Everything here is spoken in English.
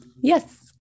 Yes